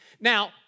Now